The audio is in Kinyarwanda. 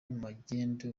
magendu